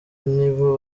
nibo